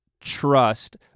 Trust